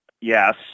yes